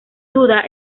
duda